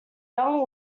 young